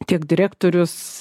tiek direktorius